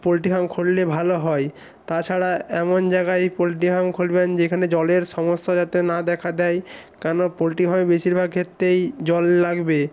poultry farm খুললে ভালো হয় তাছাড়া এমন জাগায় পোল্ট্রি ফার্ম খুলবেন যেখানে জলের সমস্যা যাতে না দেখা দেয় কেন পোল্ট্রি ফার্মে বেশির ভাগ খেতেই জল লাগবে